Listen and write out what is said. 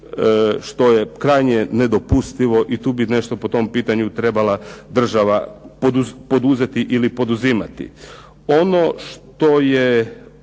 što je krajnje nedopustivo i tu bi nešto po tom pitanju trebala država poduzeti ili poduzimati. Ono što je